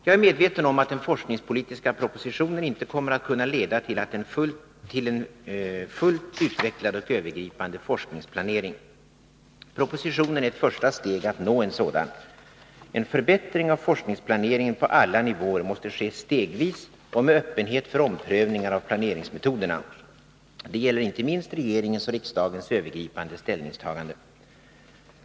Jag är medveten om att den forskningspolitiska propositionen inte kommer att kunna leda till en fullt utvecklad och övergripande forskningsplanering. Propositionen är ett första steg att nå en sådan. En förbättring av forskningsplaneringen på alla nivåer måste ske stegvis och med öppenhet för omprövningar av planeringsmetoderna. Detta gäller inte minst regeringens och riksdagens övergripande ställningstagande.